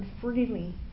freely